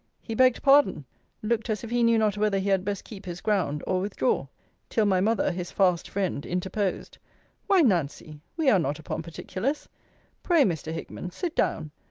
he begged pardon looked as if he knew not whether he had best keep his ground, or withdraw till my mother, his fast friend, interposed why, nancy, we are not upon particulars pray, mr. hickman, sit down.